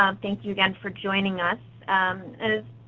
um thank you again for joining us. and as